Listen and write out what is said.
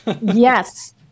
Yes